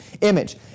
image